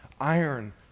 Iron